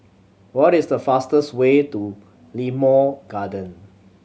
what is the fastest way to Limau Garden